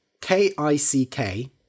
K-I-C-K